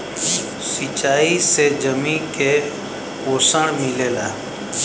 सिंचाई से जमीन के पोषण मिलेला